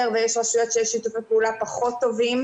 ויש רשויות שיש שיתופי פעולה פחות טובים.